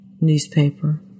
Newspaper